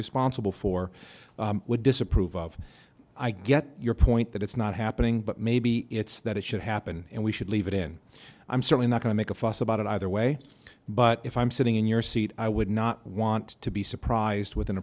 responsible for would disapprove of i get your point that it's not happening but maybe it's that it should happen and we should leave it in i'm certainly not going to make a fuss about it either way but if i'm sitting in your seat i would not want to be surprised with an